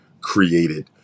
created